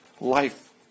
life